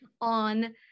on